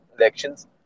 elections